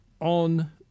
on